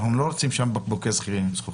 אנחנו לא רוצים שם בקבוקי זכוכית.